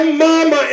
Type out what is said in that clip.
mama